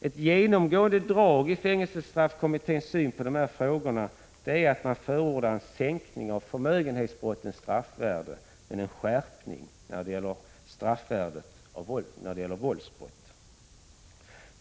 Ett genomgående drag i fängelsestraffkommitténs syn på de här frågorna är att man förordar en sänkning av förmögenhetsbrottens straffvärde men en skärpning av straffvärdet när det gäller våldsbrotten.